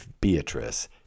Beatrice